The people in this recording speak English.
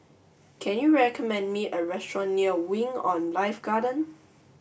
can you recommend me a restaurant near Wing On Life Garden